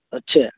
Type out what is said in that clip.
अच्छा